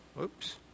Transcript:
oops